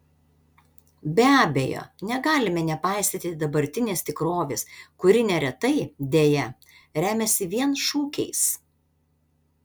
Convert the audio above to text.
be abejo negalime nepaisyti dabartinės tikrovės kuri neretai deja remiasi vien šūkiais